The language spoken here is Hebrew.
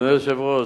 אדוני היושב-ראש,